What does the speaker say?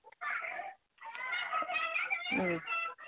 ꯎꯝ